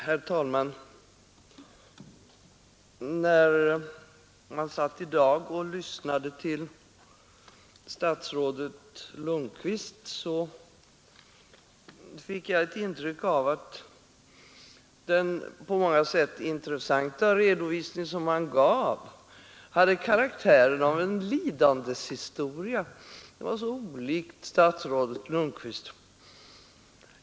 Herr talman! När jag lyssnade till statsrådet Lundkvist fick jag ett intryck av att den på många sätt intressanta redovisning som han gav hade karaktären av en lidandets historia. Det var så olikt statsrådet Lundkvist.